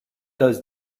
des